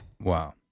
Wow